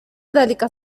ذلك